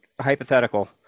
hypothetical